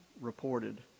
reported